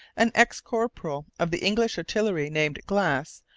an ex-corporal of the english artillery, named glass,